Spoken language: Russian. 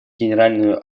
генеральную